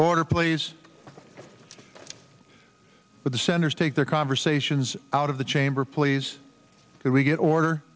order please with the centers take their conversations out of the chamber please that we get order